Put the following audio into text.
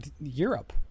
Europe